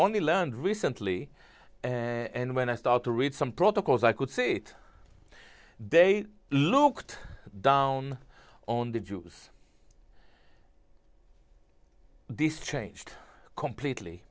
only learned recently and when i start to read some protocols i could see it they looked down on the jews this changed completely